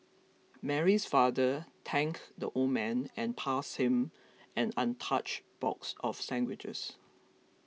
mary's father thanked the old man and passed him an untouched box of sandwiches